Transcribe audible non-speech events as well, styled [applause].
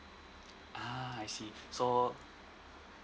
ah I see [breath] so